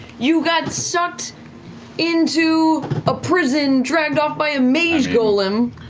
you got sucked into a prison, dragged off by a mage golem,